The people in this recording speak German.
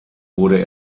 wurde